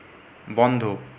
বন্ধ